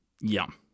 Yum